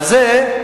על זה,